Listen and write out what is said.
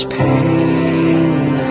pain